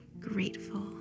grateful